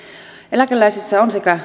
eläkeläisissä on sekä